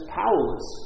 powerless